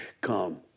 come